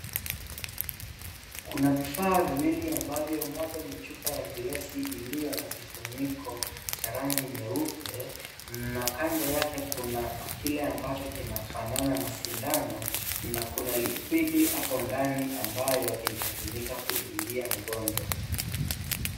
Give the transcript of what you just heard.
Kuna vifaa ambavyo moja ni chupa iliyo na kifuniko cha rangi nyeupe na kando yake kuna kile ambacho kinafanana na sindano na kunalikuidi hapo ndani ambayo itatumika kudungia mgonjwa.